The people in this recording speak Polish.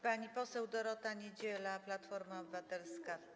Pani poseł Dorota Niedziela, Platforma Obywatelska.